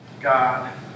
God